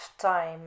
time